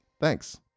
Thanks